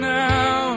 now